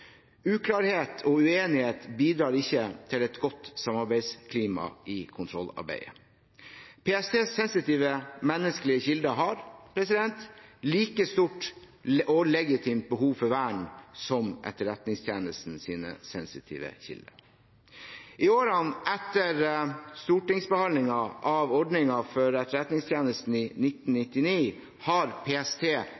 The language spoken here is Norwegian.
Uklarhet og uenighet bidrar ikke til et godt samarbeidsklima i kontrollarbeidet. PSTs sensitive menneskelige kilder har like stort og legitimt behov for vern som Etterretningstjenestens sensitive kilder. I årene etter stortingsbehandlingen av ordningen for Etterretningstjenesten i